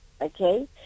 okay